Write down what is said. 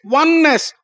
oneness